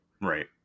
right